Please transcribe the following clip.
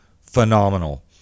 phenomenal